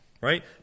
right